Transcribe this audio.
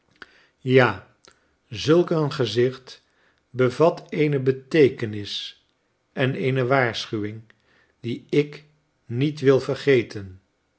ja zulk een gezicht bevat eene beteekenis en eene waarschuwing die ik niet wil vergeten